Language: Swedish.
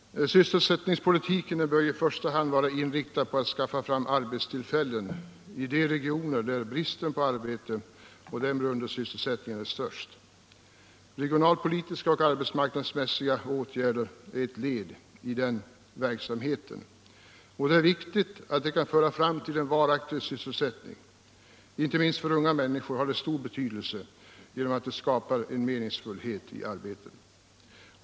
Sysselsättningspolitiken bör i första hand vara inriktad på att skaffa fram arbetstillfällen i de regioner där bristen på arbete och därmed undersysselsättningen är störst. Regionalpolitiska och arbetsmarknadsmässiga åtgärder är ett led i den verksamheten. Det är viktigt att det kan leda fram till en varaktig sysselsättning. Inte minst för unga människor har det stor betydelse genom att det skapar en meningsfullhet i arbetet.